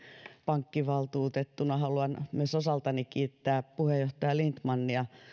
pankkivaltuutettuna haluan myös osaltani kiittää puheenjohtaja lindtmania